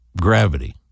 gravity